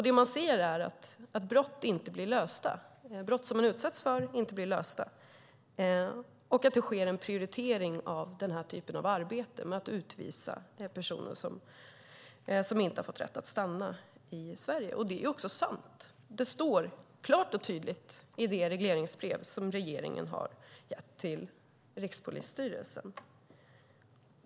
Det man ser är att brott som man utsätts för inte blir lösta och att det sker en prioritering av denna typ av arbete - att utvisa personer som inte har fått rätt att stanna i Sverige. Detta är sant. Det står klart och tydligt i det regleringsbrev som regeringen har gett till Rikspolisstyrelsen.